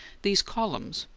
these columns,